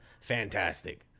fantastic